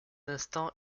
instant